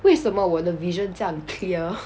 为什么我的 vision 这样 clear